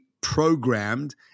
programmed